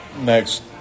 next